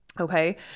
Okay